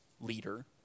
leader